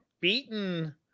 beaten